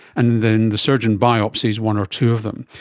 and then the surgeon biopsies one or two of them.